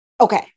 Okay